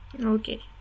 okay